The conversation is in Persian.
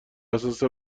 اساس